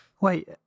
Wait